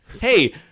Hey